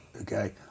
okay